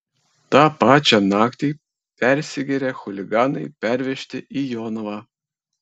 tą pačią naktį persigėrę chuliganai pervežti į jonavą